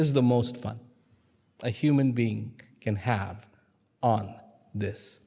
is the most fun a human being can have this